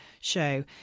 show